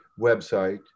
website